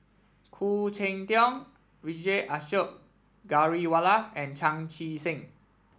Khoo Cheng Tiong Vijesh Ashok Ghariwala and Chan Chee Seng